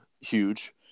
huge